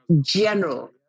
general